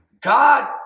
God